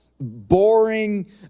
boring